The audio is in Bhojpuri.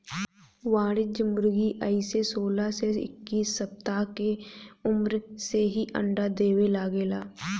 वाणिज्यिक मुर्गी अइसे सोलह से इक्कीस सप्ताह के उम्र से ही अंडा देवे लागे ले